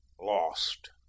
lost